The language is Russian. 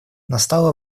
настало